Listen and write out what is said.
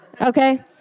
Okay